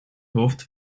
hoofd